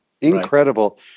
Incredible